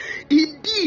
Indeed